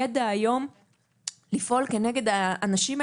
שבאמת גם ברמת התחושה וגם ברמת ה-לעשות משהו במיידי,